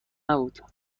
نبود